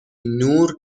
نور